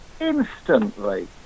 instantly